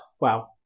wow